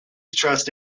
trust